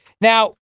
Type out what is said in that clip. Now